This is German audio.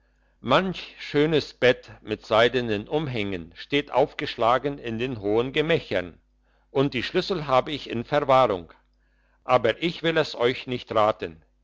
manch schönes bett mit seidenen umhängen steht aufgeschlagen in den hohen gemächern und die schlüssel hab ich in verwahrung aber ich will es euch nicht raten